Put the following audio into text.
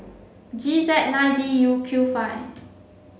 G Z nine D Q five